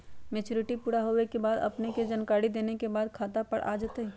Maturity पुरा होवे के बाद अपने के जानकारी देने के बाद खाता पर पैसा आ जतई?